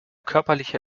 körperliche